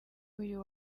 uyu